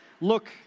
Look